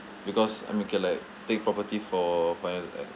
because I mean K like take property for finance